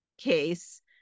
case-